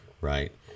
right